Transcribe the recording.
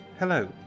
Hello